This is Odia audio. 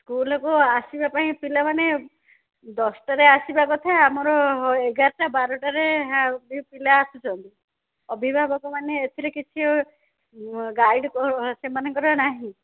ସ୍କୁଲ୍କୁ ଆସିବା ପାଇଁ ପିଲାମାନେ ଦଶଟାରେ ଆସିବା କଥା ଆମର ଏଗାରଟା ବାରଟାରେ ବି ପିଲା ଆସୁଛନ୍ତି ଅଭିଭାବକମାନେ ଏଥିରେ କିଛି ଗାଇଡ୍ କରୁ ସେମାନଙ୍କର ନାହିଁ